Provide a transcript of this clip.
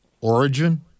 Origin